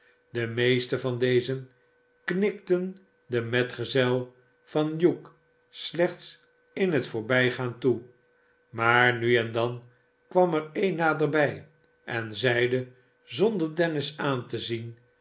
de meesten van dezen knikten den metgezel van hugh slechts in het voorbijgaan toe maar nu en dan kwam er een naderbij en zeide zonder dennis aan te zien